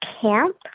camp